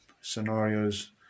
scenarios